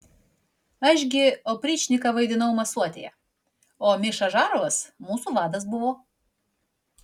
aš gi opričniką vaidinau masuotėje o miša žarovas mūsų vadas buvo